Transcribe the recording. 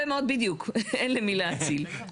בדיוק, אין למי להאציל.